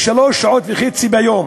לשלוש שעות וחצי ביום,